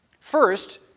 first